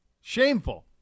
Shameful